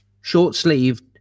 short-sleeved